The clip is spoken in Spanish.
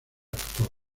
actor